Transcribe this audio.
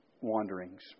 wanderings